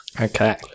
Okay